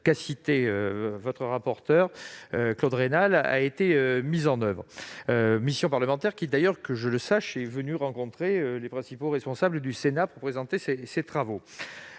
citée par le rapporteur spécial Claude Raynal a été instaurée, mission parlementaire qui d'ailleurs, que je sache, est venue rencontrer les principaux responsables du Sénat pour présenter ses travaux.